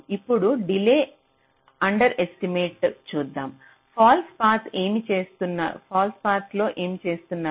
ఇప్పుడు delay underestimate చూద్దాం false path ఏమి చేస్తున్నారు